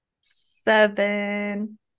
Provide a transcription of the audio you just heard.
Seven